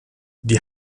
die